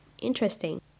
interesting